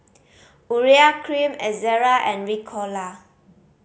Urea Cream Ezerra and Ricola